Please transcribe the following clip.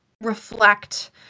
reflect